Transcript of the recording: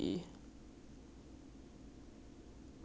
mm or you try play around with colours lor